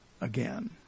again